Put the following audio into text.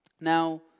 Now